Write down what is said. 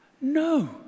No